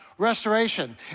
Restoration